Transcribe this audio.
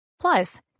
Plus